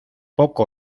poco